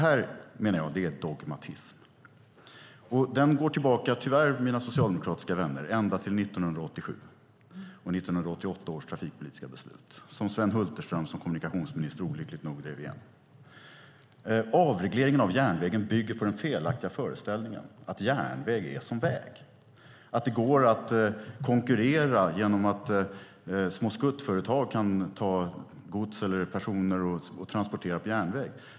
Jag menar att detta är dogmatism, och den går - tyvärr, mina socialdemokratiska vänner - tillbaka ända till 1987 och 1988 års trafikpolitiska beslut, som Sven Hulterström som kommunikationsminister olyckligt nog drev igenom. Avregleringen av järnvägen bygger på den felaktiga föreställningen att järnväg är som väg, att det går att konkurrera genom att små skuttföretag kan ta gods eller personer och transportera på järnväg.